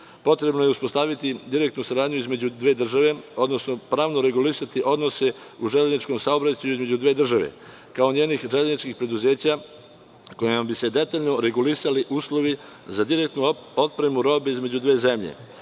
dovoljan. Potrebno je uspostaviti direktnu saradnju između dve države odnosno pravno regulisati odnose u železničkom saobraćaju između dve države, kao njenih železničkih preduzeća kojima bi se detaljno regulisali uslovi za direktnu otpremu robe između dve zemlje. Mi